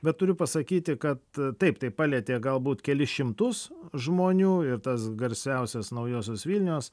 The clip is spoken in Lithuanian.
bet turiu pasakyti kad taip tai palietė galbūt kelis šimtus žmonių ir tas garsiausias naujosios vilnios